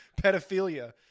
pedophilia